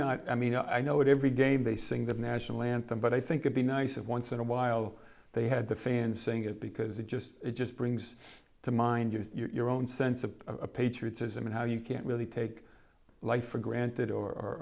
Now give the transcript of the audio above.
not i mean i know it every game they sing the national anthem but i think you'd be nice and once in a while they had the fans saying it because it just it just brings to mind you're own sense of patriotism and how you can't really take life for granted or